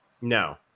No